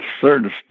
certain